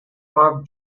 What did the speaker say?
mark